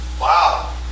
Wow